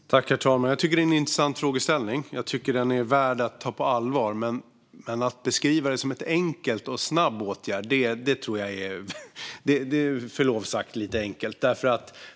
Herr ålderspresident! Jag tycker att detta är en intressant frågeställning som är värd att ta på allvar. Men att beskriva det som en enkel och snabb åtgärd tror jag, med förlov sagt, är lite förenklat.